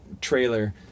trailer